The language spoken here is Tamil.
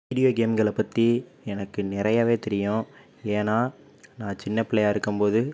வீடியோ கேம்களை பற்றி எனக்கு நிறையவே தெரியும் ஏன்னால் நான் சின்ன பிள்ளையாக இருக்கும் போது